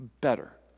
Better